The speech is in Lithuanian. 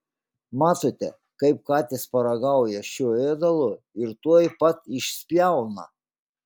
matote kaip katės paragauja šio ėdalo ir tuoj pat išspjauna